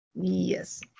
Yes